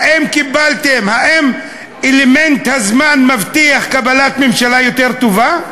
האם אלמנט הזמן מבטיח קבלת ממשלה יותר טובה?